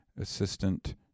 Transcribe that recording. assistant